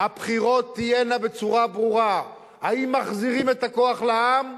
הבחירות תהיינה ברורות: האם מחזירים את הכוח לעם?